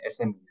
SMEs